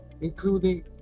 including